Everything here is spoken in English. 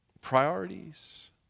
Priorities